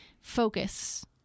focus